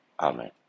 amen